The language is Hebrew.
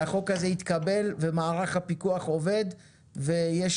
שהחוק הזה יתקבל ומערך הפיקוח עובד ויש